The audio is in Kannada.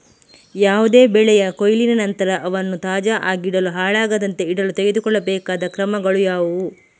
ಯಾವುದೇ ಬೆಳೆಯ ಕೊಯ್ಲಿನ ನಂತರ ಅವನ್ನು ತಾಜಾ ಆಗಿಡಲು, ಹಾಳಾಗದಂತೆ ಇಡಲು ತೆಗೆದುಕೊಳ್ಳಬೇಕಾದ ಕ್ರಮಗಳು ಯಾವುವು?